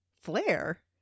flare